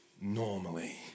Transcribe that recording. normally